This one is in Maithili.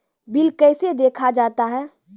बिल कैसे देखा जाता हैं?